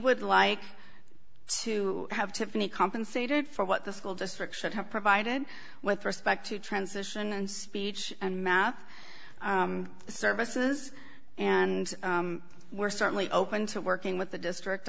would like to have to finish compensated for what the school district should have provided with respect to transition and speech and math services and we're certainly open to working with the district